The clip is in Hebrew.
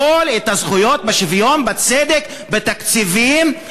הכול, הזכויות בשוויון, בצדק, בתקציבים.